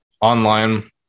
online